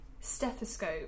stethoscope